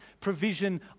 provision